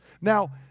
Now